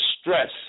stress